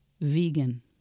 vegan